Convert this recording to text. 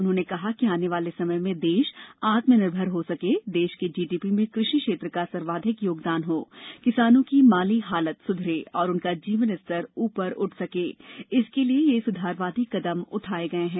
उन्होंने कहा कि आने वाले समय में देश आत्मनिर्भर हो सके देश की जीडीपी में कृषि क्षेत्र का सर्वाधिक योगदान हो किसानों की माली हालत सुधरे और उनका जीवनस्तर ऊपर उठ सके इसके लिए ये सुधारवादी कदम उठाए गए हैं